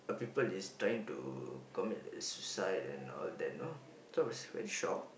a people is trying to commit suicide and all that you know so I was very shock